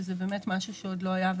שזה משהו שעוד לא היה.